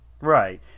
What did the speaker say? Right